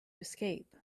escape